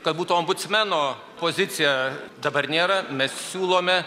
kad būtų ombudsmeno pozicija dabar nėra mes siūlome